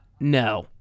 no